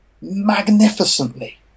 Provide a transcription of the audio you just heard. magnificently